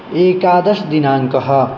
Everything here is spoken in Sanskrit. एकादश्दिनाङ्कः